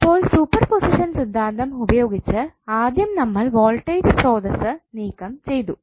അപ്പോൾ സൂപ്പർപൊസിഷൻ സിദ്ധാന്തം ഉപയോഗിച്ച് ആദ്യം നമ്മൾ വോൾട്ടേജ് സ്രോതസ്സ് നീക്കംചെയ്തു